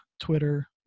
Twitter